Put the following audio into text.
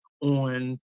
on